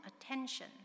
attention